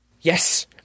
Yes